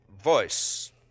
voice